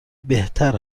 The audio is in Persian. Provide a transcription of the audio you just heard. بهتر